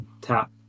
tap